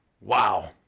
wow